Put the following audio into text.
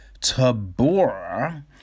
Tabora